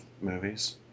movies